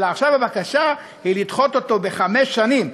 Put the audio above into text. אלא עכשיו הבקשה היא לדחות אותו בחמש שנים.